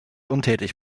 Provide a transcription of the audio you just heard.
untätig